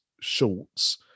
shorts